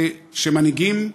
זה שמנהיגים,